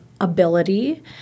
ability